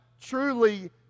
truly